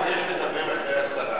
אם הרצל היה מבקש לדבר אחרי השרה,